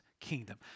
Kingdom